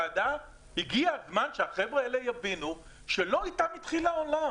הגיע הזמן שהחבר'ה האלה יבינו שלא איתם התחיל העולם,